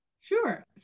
Sure